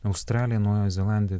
australija naujoji zelandija